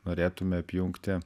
norėtume apjungti